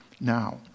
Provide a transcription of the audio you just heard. Now